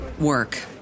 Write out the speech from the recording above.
work